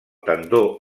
tendó